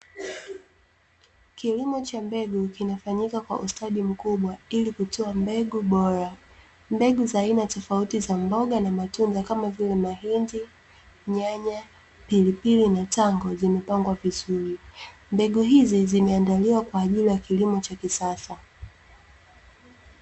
Kilimo cha mbegu kinafanyika kwa ustadi mkubwa ili kutoa mbegu bora, mbegu za aina tofauti za mboga na matunda kama vile mahindi, nyanya, pilipili na tango zimepangwa vizuri mbegu hizi zimeandaliwa kwa ajili ya kilimo cha kisasa.